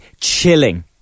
chilling